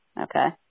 Okay